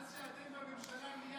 מאז שאתם בממשלה נהיה,